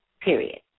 period